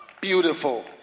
beautiful